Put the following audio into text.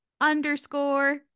underscore